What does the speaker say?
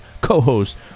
co-host